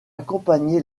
accompagné